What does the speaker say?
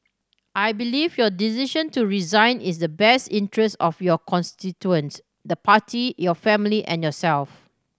I believe your decision to resign is the best interest of your constituents the Party your family and yourself